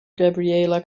gabriella